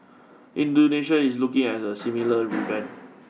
Indonesia is looking at a similar revamp